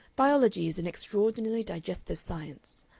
biology is an extraordinarily digestive science.